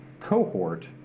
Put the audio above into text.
Cohort